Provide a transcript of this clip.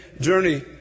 journey